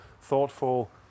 thoughtful